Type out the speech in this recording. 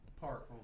park